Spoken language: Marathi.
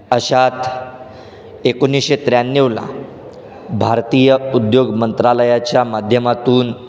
अशात एकोणीसशे त्र्याण्णवला भारतीय उद्योग मंत्रालयाच्या माध्यमातून